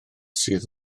sydd